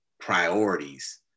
priorities